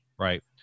Right